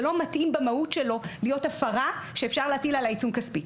זה לא מתאים במהות שלו להיות הפרה שאפשר להטיל עליה עיצום כספי.